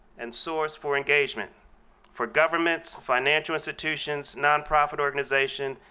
and source for engagement for governments, financial institutions, nonprofit organization,